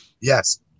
Yes